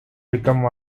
become